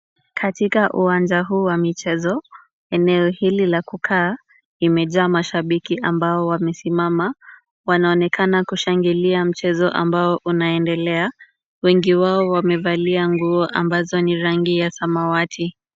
Katika uwanja huu wa michezo, eneo hili la kukaa limejaa mashabiki ambao wamesimama, wanaonekana kushangilia mchezo ambao unaendelea. Wengi wao wamevalia nguo ambazo ni rangi ya samawati.